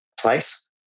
place